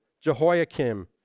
jehoiakim